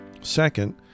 Second